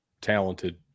talented